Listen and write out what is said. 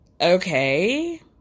okay